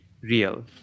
real